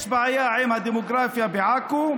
יש בעיה עם הדמוגרפיה בעכו,